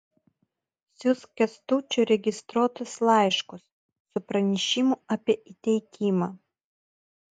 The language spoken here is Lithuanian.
siųsk kęstučiui registruotus laiškus su pranešimu apie įteikimą